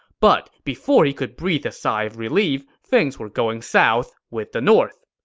but before he could breathe a sigh of relief, things were going south with the north.